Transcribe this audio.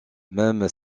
même